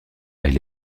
elle